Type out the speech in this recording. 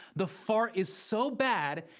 the fart is so bad,